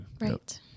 right